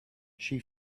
she